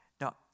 Now